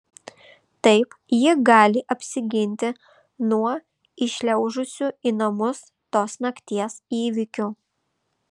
taip ji gali apsiginti nuo įšliaužusių į namus tos nakties įvykių